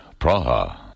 Praha